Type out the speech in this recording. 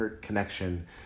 connection